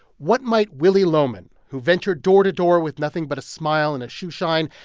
what might willy loman, who ventured door to door with nothing but a smile and a shoeshine,